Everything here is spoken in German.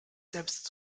selbst